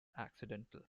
accidental